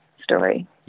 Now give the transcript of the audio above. story